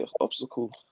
obstacle